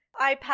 iPad